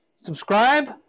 subscribe